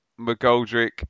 McGoldrick